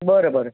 बरं बरं